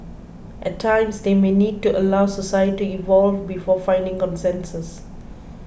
at times they may need to allow society evolve before finding consensus